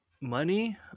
money